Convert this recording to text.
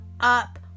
Up